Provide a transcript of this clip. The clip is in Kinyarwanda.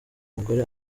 umugore